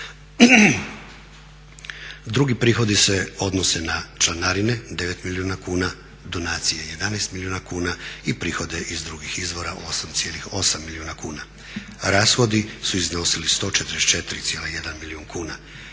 Drugi prihodi se odnose na članarine 9 milijuna kuna, donacije 11 milijuna kuna i prihode iz drugih izvora 8,8 milijuna kuna. Rashodi su iznosili 144,1 milijun kuna.